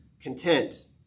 content